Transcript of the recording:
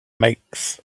makes